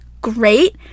great